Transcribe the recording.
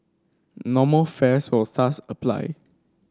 normal fares will thus apply